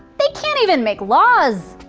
they can't even make laws!